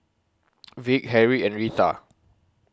Vick Harrie and Retha